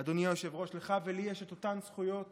אדוני היושב-ראש, לך ולי יש אותן הזכויות